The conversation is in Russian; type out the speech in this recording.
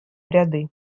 ряды